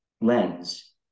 lens